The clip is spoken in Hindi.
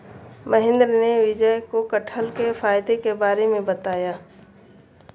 महेंद्र ने विजय को कठहल के फायदे के बारे में बताया